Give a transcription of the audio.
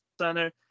center